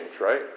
right